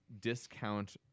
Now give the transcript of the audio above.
discount